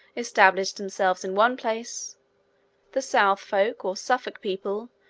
established themselves in one place the southfolk, or suffolk people,